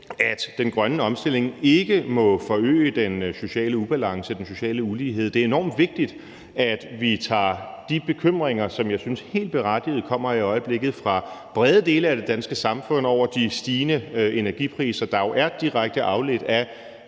at den grønne omstilling ikke må forøge den sociale ubalance, den sociale ulighed. Det er enormt vigtigt, at vi tager de bekymringer, som jeg synes helt berettiget i øjeblikket kommer fra brede dele af det danske samfund, over de stigende energipriser, der jo er direkte afledt af,